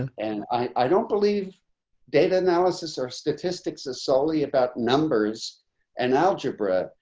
and and i don't believe data analysis or statistics is solely about numbers and algebra.